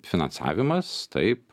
finansavimas taip